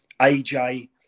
AJ